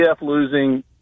losing